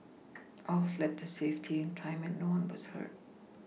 all fled to safety in time and no one was hurt